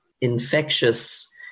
infectious